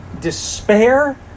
despair